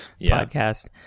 podcast